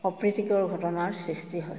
অপ্ৰীতিকৰ ঘটনাৰ সৃষ্টি হয়